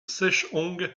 sheshonq